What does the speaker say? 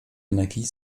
energie